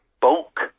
bulk